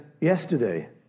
yesterday